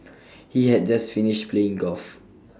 he had just finished playing golf